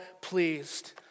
pleased